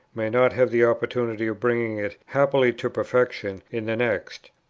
may not have the opportunity of bringing it happily to perfection in the next.